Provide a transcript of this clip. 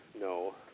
No